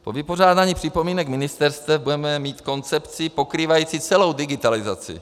Po vypořádání připomínek ministerstev budeme mít koncepci pokrývající celou digitalizaci.